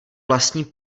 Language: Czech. vlastní